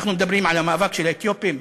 אנחנו מדברים על המאבק של האתיופים.